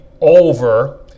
over